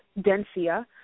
Densia